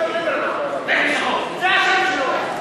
זה השם שלו.